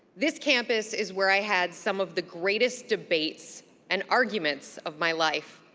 this campus is where i had some of the greatest debates and arguments of my life.